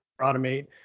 automate